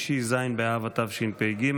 באב התשפ"ג,